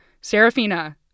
Serafina